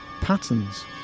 patterns